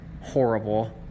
horrible